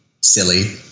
silly